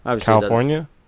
California